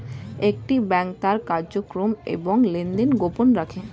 একটি ব্যাংক তার কার্যক্রম এবং লেনদেন গোপন রাখে